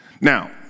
Now